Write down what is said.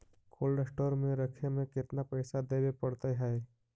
Cold store में रखे में केतना पैसा देवे पड़तै है?